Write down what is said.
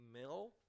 Mill